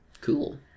Cool